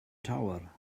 tower